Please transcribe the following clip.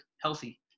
healthy